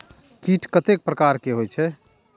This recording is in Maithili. कीट कतेक प्रकार के होई छै?